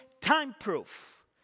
time-proof